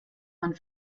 man